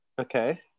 Okay